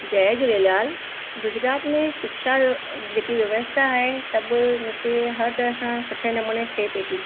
जय झूलेलाल गुजरात में शिक्षा जेकी व्यवस्था आहे सभु मींस खे हर तरह सां सुठे नमूने थिए पई थी